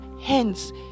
hence